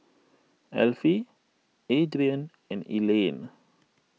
Alfie Adrian and Elayne